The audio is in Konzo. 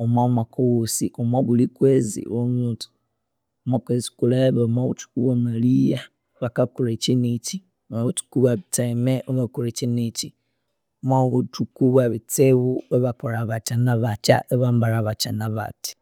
omwamwaka owosi omobuli kwezi iwaminya wuthi mwakwezi kulebe wamabughuthi wamaligha bakabughe ekyinekyi omwabuthuku bwebitseme imwakolha ekyineyi. Omwabuthuku bwebitsibu ibakolha batya nabatya ibambalha batya nabatya